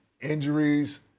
injuries